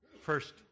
first